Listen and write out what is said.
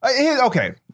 okay